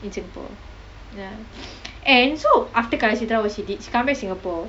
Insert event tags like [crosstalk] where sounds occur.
in singapore ya [noise] and so after kalakshetra what she did she come back singapore